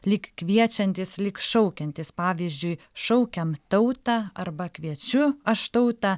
lyg kviečiantys lyg šaukiantys pavyzdžiui šaukiam tautą arba kviečiu aš tautą